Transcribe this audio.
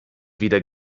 weder